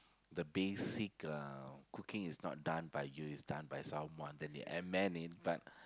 the basic uh cooking is not done by you is done by someone then you amend it but